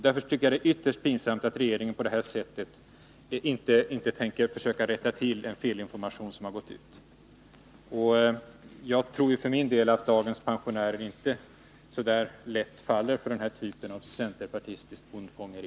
Därför tycker jag att det är ytterst pinsamt att regeringen inte tänker försöka göra ett tillrättaläggande då det gäller denna felaktiga information. För min del tror jag inte att dagens pensionärer särskilt lätt faller för den typen av centerpartistiskt bondfångeri.